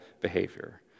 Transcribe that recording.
behavior